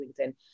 LinkedIn